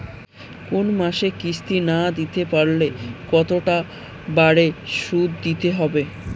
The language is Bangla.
কোন মাসে কিস্তি না দিতে পারলে কতটা বাড়ে সুদ দিতে হবে?